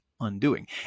undoing